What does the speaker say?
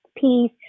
peace